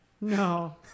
No